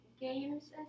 games